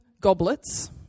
goblets